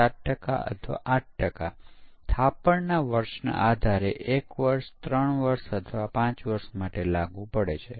ઉદાહરણ તરીકે ફોલ્ટ દોષનો એક પ્રકાર અલ્ગોરિધમ બનાવવા દોષ હોઈ શકે છે